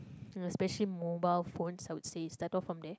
uh specially mobile phones I would say start off from there